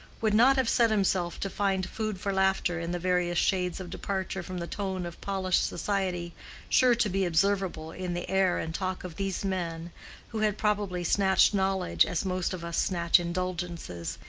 would not have set himself to find food for laughter in the various shades of departure from the tone of polished society sure to be observable in the air and talk of these men who had probably snatched knowledge as most of us snatch indulgences,